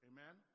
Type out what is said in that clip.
Amen